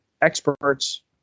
experts